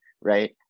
right